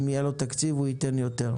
אם יהיה לו תקציב הוא ייתן יותר.